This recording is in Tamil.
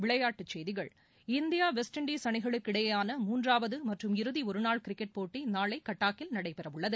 விளையாட்டு செய்திகள் இந்தியா இண்டீஸ் அணிகளுக்கு இடையேயான மூன்றாவது மற்றம் இறுதி ஒருநாள் கிரிக்கெட் போட்டி நாளை கட்டாக்கில் நடைபெறவுள்ளது